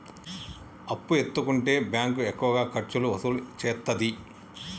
అప్పు ఎత్తుకుంటే బ్యాంకు ఎక్కువ ఖర్చులు వసూలు చేత్తదా?